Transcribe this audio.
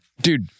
Dude